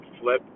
flip